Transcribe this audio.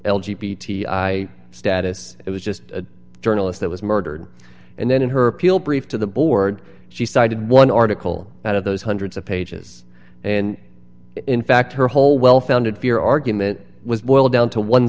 l g p t i status it was just a journalist that was murdered and then in her appeal brief to the board she cited one article out of those hundreds of pages and in fact her whole well founded fear argument was boiled down to one